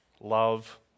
Love